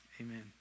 Amen